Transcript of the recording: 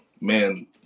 man